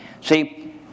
See